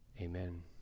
Amen